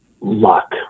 luck